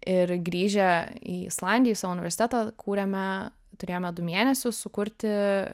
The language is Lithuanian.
ir grįžę į islandiją į savo universitetą kūrėme turėjome du mėnesius sukurti